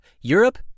Europe